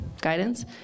guidance